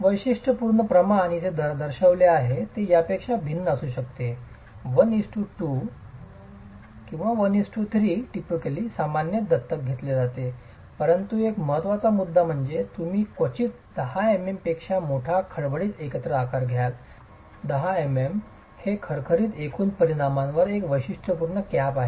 वैशिष्ट्यपूर्ण प्रमाण येथे दर्शविले आहे ते यापेक्षा भिन्न असू शकते 12 13 typically सामान्यत दत्तक घेतले जाते परंतु एक महत्त्वाचा मुद्दा म्हणजे तुम्ही क्वचितच 10 mm पेक्षा मोठा खडबडीत एकत्र आकार घ्याल 10 mm हे खरखरीत एकूण परिमाणांवर एक वैशिष्ट्यपूर्ण कॅप आहे